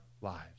lives